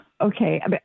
Okay